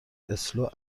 اسلو